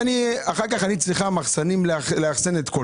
אחר-כך תגידי שאת צריכה מחסנים לאחסן את כל